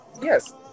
yes